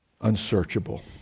Unsearchable